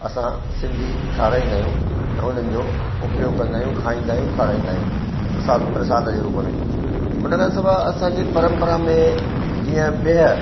असां सिंधी ठहिराईंदा आहियूं ऐं उन्हनि जो उपयोग कंदा आहियूं खाईंदा आहियूं खाराईंदा आहियूं प्रसाद प्रसाद जे रूप में उन खां पोइ असांजे परंपरा में जीअं बिह